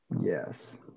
yes